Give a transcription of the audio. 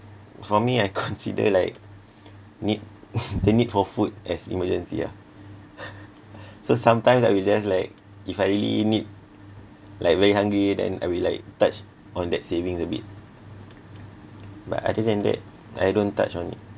for me I consider like need the need for food as emergency ah so sometimes I will just like if I really need like very hungry then I will like touch on that savings a bit but other than that I don't touch on it